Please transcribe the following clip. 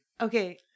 Okay